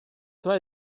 why